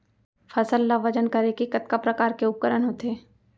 फसल ला वजन करे के कतका प्रकार के उपकरण होथे?